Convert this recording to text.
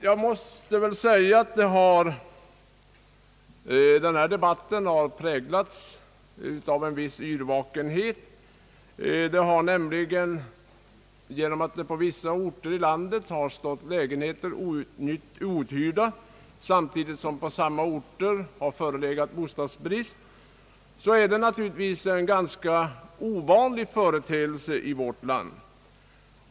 Jag måste få säga, att denna debatt har präglats av en viss yrvakenhet. På vissa orter i landet har nämligen lägenheter stått outhyrda samtidigt som det på samma orter har förelegat bostadsbrist, vilket naturligtvis är en ganska ovanlig företeelse i vårt land.